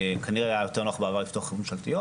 כנראה היה בעבר יותר נוח לפתוח חברות ממשלתיות,